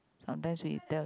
sometimes we tell